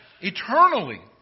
eternally